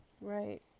right